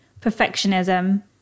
perfectionism